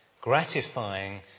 gratifying